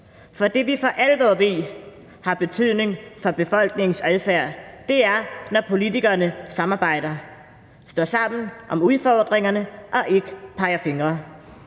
for det, vi for alvor ved har betydning for befolkningens adfærd, er, når politikerne samarbejder og står sammen om udfordringerne og ikke peger fingre